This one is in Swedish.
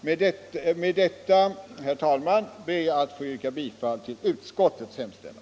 Med detta, herr talman, ber jag att få yrka bifall till utskottets hemställan.